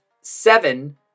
seven